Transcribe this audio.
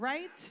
Right